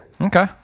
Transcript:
Okay